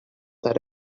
that